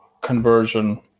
conversion